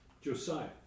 Josiah